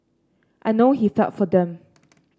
I know he felt for them